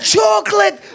Chocolate